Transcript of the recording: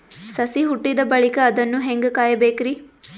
ಸಸಿ ಹುಟ್ಟಿದ ಬಳಿಕ ಅದನ್ನು ಹೇಂಗ ಕಾಯಬೇಕಿರಿ?